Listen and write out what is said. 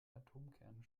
atomkerne